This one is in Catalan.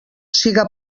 siga